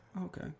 okay